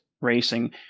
Racing